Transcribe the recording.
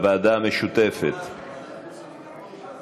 לוועדה המשותפת, לוועדה המשותפת.